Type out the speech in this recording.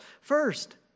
first